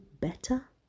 better